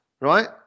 right